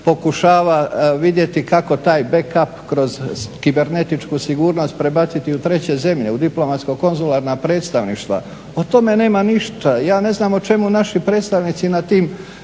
pokušava vidjeti kako taj back up kroz kibernetičku sigurnost prebaciti u treće zemlje, u diplomatsko-konzularna predstavništva. O tome nema ništa. Ja ne znam o čemu naši predstavnici na tim